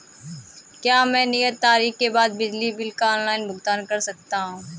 क्या मैं नियत तारीख के बाद बिजली बिल का ऑनलाइन भुगतान कर सकता हूं?